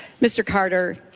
mr. carter,